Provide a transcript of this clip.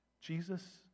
Jesus